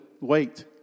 Wait